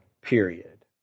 period